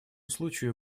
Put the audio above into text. случаю